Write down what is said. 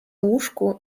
łóżku